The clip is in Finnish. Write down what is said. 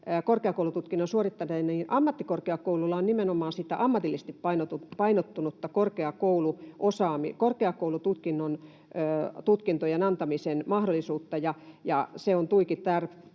korkeakoulututkinnon suorittaneita, niin ammattikorkeakouluilla on nimenomaan sitä ammatillisesti painottunutta korkeakoulututkintojen antamisen mahdollisuutta, ja se on tuiki